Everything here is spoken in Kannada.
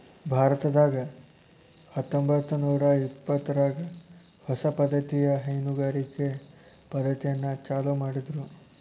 ಭಾರತದಾಗ ಹತ್ತಂಬತ್ತನೂರಾ ಇಪ್ಪತ್ತರಾಗ ಹೊಸ ಪದ್ದತಿಯ ಹೈನುಗಾರಿಕೆ ಪದ್ದತಿಯನ್ನ ಚಾಲೂ ಮಾಡಿದ್ರು